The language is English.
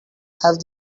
have